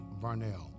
Varnell